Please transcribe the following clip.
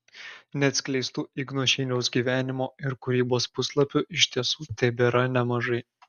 neatskleistų igno šeiniaus gyvenimo ir kūrybos puslapių iš tiesų tebėra nemažai